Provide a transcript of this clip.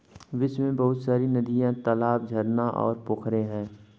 विश्व में बहुत सारी नदियां, तालाब, झरना और पोखरा है